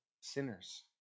sinners